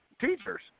teachers